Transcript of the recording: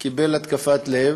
קיבל התקפת לב,